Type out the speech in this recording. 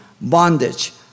bondage